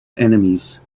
enemies